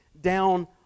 down